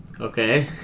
Okay